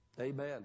Amen